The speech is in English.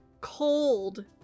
cold